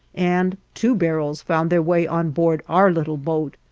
and two barrels found their way on board our little boat,